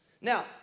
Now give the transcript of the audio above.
Now